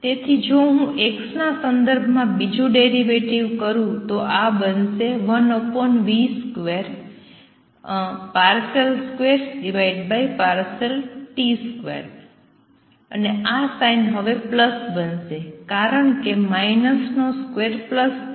તેથી જો હું x ના સંદર્ભમાં બીજું ડેરિવેટિવ કરું તો આ બનશે 1v2 ∂2t2 અને આ સાઇન હવે પ્લસ બનશે કારણ કે માઈનસ નો સ્ક્વેર પ્લસ થાય છે